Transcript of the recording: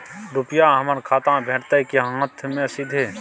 रुपिया हमर खाता में भेटतै कि हाँथ मे सीधे?